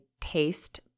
taste